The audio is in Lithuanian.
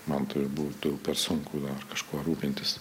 man tai būtų per sunku dar kažkuo rūpintis